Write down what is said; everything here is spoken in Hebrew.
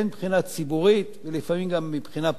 הן מבחינה ציבורית ולפעמים גם מבחינה פרטית.